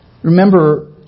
Remember